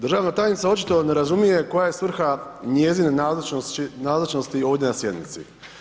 Državna tajnica očito ne razumije koja je svrha njezine nazočnosti ovdje na sjednici.